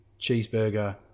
Cheeseburger